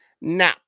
Now